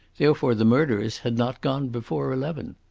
therefore the murderers had not gone before eleven.